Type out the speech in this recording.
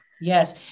Yes